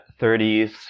30s